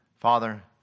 Father